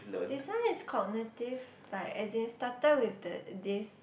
this one is cognitive like as in started with that this